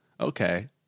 Okay